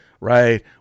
right